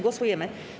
Głosujemy.